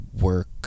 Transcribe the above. work